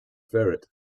ferret